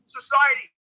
society